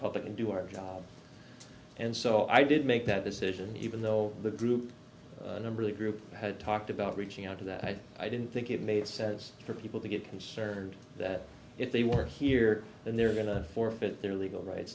public and do our job and so i did make that decision even though the group number the group had talked about reaching out to that i think i didn't think it made sense for people to get concerned that if they were here and they're going to forfeit their legal rights